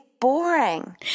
boring